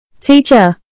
Teacher